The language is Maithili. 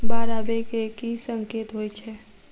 बाढ़ आबै केँ की संकेत होइ छै?